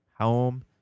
Home